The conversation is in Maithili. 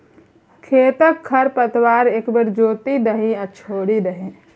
खेतक खर पतार एक बेर जोति दही आ छोड़ि दही